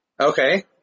Okay